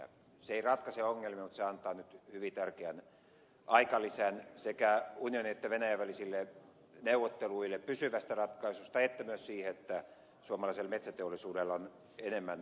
se ei ratkaise ongelmia mutta se antaa nyt hyvin tärkeän aikalisän sekä unionin ja venäjän välisille neuvotteluille pysyvästä ratkaisusta että myös siihen että suomalaisella metsäteollisuudella on enemmän sopeutumisaikaa